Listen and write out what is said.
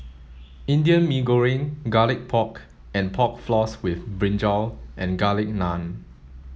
Indian Mee Goreng garlic pork and pork floss with brinjal and garlic naan